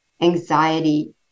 anxiety